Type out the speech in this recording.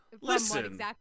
listen